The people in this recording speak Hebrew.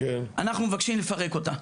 אנחנו מבקשים לפרק אותה,